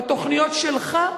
בתוכניות שלך?